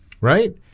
right